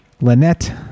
Lynette